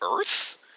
Earth